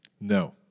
No